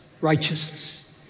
righteousness